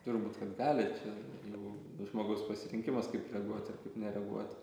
turbūt kad gali čia jau žmogaus pasirinkimas kaip reaguot ir kaip nereaguot